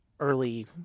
Early